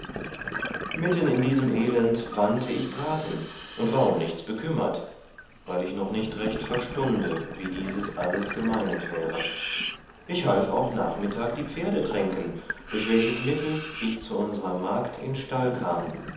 mitten in diesem elend wandte ich braten und war umb nichts bekümmert weil ich noch nit recht verstunde wie dieses alles gemeinet wäre ich half auch nachmittag die pferde tränken durch welches mittel ich zu unsrer magd in stall kam